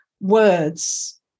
words